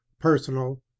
personal